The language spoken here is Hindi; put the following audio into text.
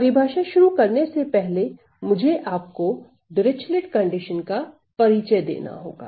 परिभाषा शुरू करने से पहले मुझे आपको डिरचलेट प्रतिबंध का परिचय देना होगा